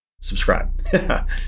subscribe